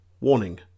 Warning